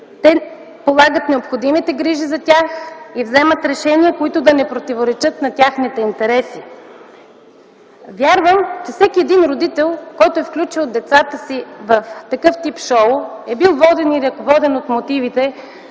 Те полагат необходимите грижи за тях и вземат решения, които да не противоречат на техните интереси. Вярвам, че всеки родител, който е включил децата си в такъв тип шоу, е бил воден и ръководен от мотивите,